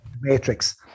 Matrix